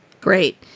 Great